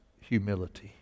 humility